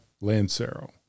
Lancero